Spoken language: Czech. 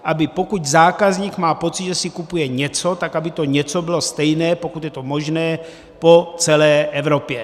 Aby pokud zákazník si kupuje něco, tak aby to něco bylo stejné, pokud je to možné, po celé Evropě.